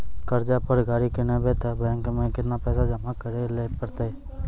कर्जा पर गाड़ी किनबै तऽ बैंक मे केतना पैसा जमा करे लेली पड़त?